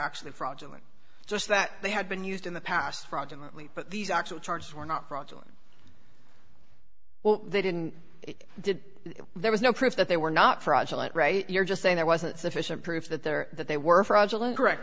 actually fraudulent just that they had been used in the past fraudulent leap but these actual charges were not fraudulent well they didn't did it there was no proof that they were not fraudulent right you're just saying there wasn't sufficient proof that there that they were fraudulent correct